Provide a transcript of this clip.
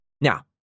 Now